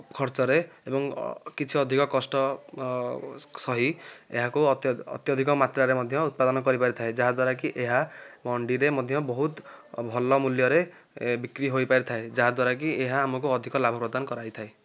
ଖର୍ଚ୍ଚରେ ଏବଂ କିଛି ଅଧିକ କଷ୍ଟ ସହି ଏହାକୁ ଅତ୍ୟଧିକ ମାତ୍ରାରେ ମଧ୍ୟ ଉତ୍ପାଦନ କରିପାରିଥାଏ ଯାହାଦ୍ୱାରାକି ଏହା ମଣ୍ଡିରେ ମଧ୍ୟ ବହୁତ ଭଲ ମୂଲ୍ୟରେ ବିକ୍ରି ହୋଇପାରିଥାଏ ଯାହାଦ୍ୱାରାକି ଏହା ଆମକୁ ଅଧିକ ଲାଭ ପ୍ରଦାନ କରାଇଥାଏ